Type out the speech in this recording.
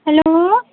hello